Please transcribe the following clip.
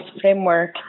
framework